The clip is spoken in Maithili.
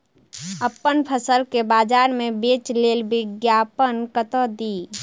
अप्पन फसल केँ बजार मे बेच लेल विज्ञापन कतह दी?